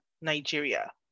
Nigeria